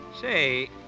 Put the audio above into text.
Say